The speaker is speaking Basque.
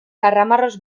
karramarroz